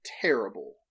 terrible